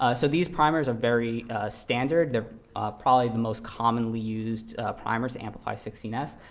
ah so these primers are very standard. they're probably the most commonly used primers to amplify sixteen s.